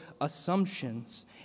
assumptions